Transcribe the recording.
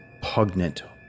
pugnant